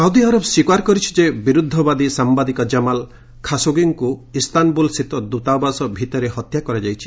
Saudi Khashoggi Saudi Arab ସ୍ୱୀକାର କରିଛି ଯେ ବିରୁଦ୍ଧବାଦୀ ସାମ୍ଘାଦିକ ଜମାଲ ଖାସୋଗୀଙ୍କୁ ଇସ୍ତାନବୁନ୍ସ୍ଥିତ ଦୂତାବାସ ଭିତରେ ହତ୍ୟା କରାଯାଇଛି